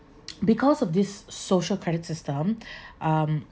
because of this social credit system um